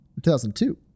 2002